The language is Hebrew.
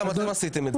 גם אתם עשיתם את זה.